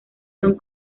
son